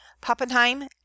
Pappenheim